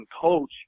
coach